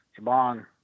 Chabon